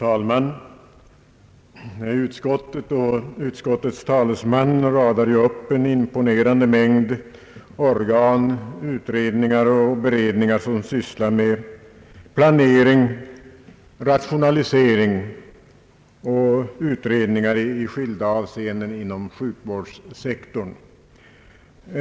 Herr talman! Utskottets talesman radade upp en imponerande mängd organ, utredningar och beredningar som sysslar med planeringsoch rationaliseringsprojekt samt utredningar i skilda avseenden inom sjukvårdssektorn.